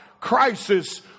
crisis